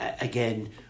again